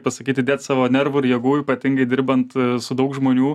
pasakyt įdėt savo nervų ir jėgų ypatingai dirbant su daug žmonių